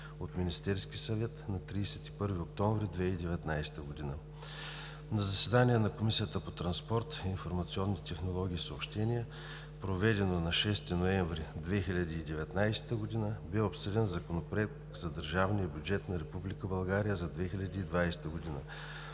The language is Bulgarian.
от Министерския съвет на 31 октомври 2019 г. На заседание на Комисията по транспорт, информационни технологии и съобщения, проведено на 6 ноември 2019 г., бе обсъден Законопроект за държавния бюджет на Република